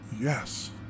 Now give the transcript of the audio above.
Yes